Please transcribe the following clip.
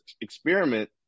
experiment